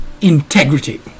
integrity